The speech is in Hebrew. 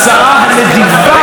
אדוני היושב-ראש.